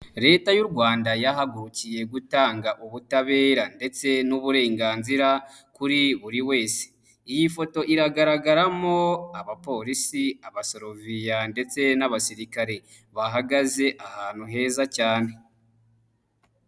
Leta y'u Rwanda yahagurukiye gutanga ubutabera ndetse n'uburenganzira kuri buri wese, iyi foto iragaragaramo: abapolisi, abasoroviya ndetse n'abasirikare, bahagaze ahantu heza cyane.